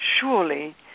surely